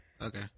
Okay